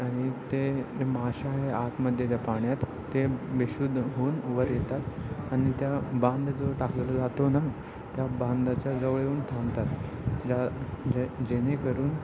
आणि ते ते माशा हे आतमध्ये त्या पाण्यात ते बेशुद्ध होऊन वर येतात आणि त्या बांध जो टाकलेला जातो ना त्या बांधाच्या जवळ येऊन थांबतात ज्या जे जेणेकरून